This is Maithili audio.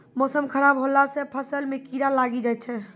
मौसम खराब हौला से फ़सल मे कीड़ा लागी जाय छै?